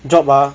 job ah